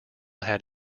had